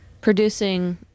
producing